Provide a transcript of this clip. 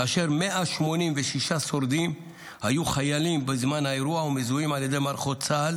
כאשר 186 שורדים היו חיילים בזמן האירוע ומזוהים על ידי מערכות צה"ל